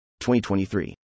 2023